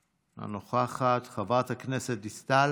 לא נוכחת, חברת הכנסת דיסטל,